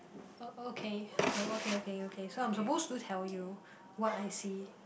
oh okay so okay okay okay so I'm supposed to tell you what I see